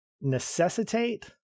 necessitate